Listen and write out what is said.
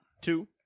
Two